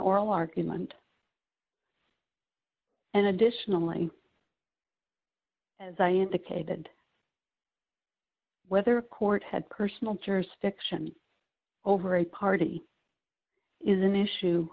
oral argument and additionally as i indicated whether a court had personal jurisdiction over a party is an issue